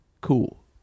cool